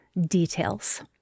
details